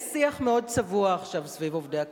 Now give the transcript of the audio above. יש שיח מאוד צבוע עכשיו סביב עובדי הקבלן,